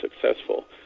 successful